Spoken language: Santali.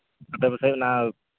ᱟᱫᱚ ᱯᱟᱥᱮᱡ ᱚᱱᱟ